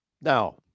Now